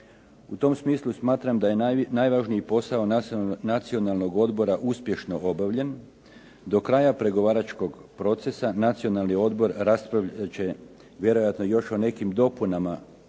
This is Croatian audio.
U tom smislu smatram da je najvažniji posao Nacionalnog odbora uspješno obavljen. Do kraja pregovaračkog procesa Nacionalni odbor raspravljat će vjerojatno još o nekim dopunama